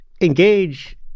engage